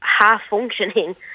half-functioning